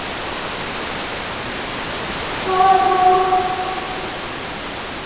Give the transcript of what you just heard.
ᱦᱳᱭ ᱟᱫᱚ